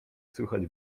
słychać